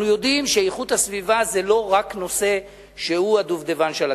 אנחנו יודעים שאיכות הסביבה זה לא רק נושא שהוא הדובדבן של הקצפת,